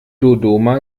dodoma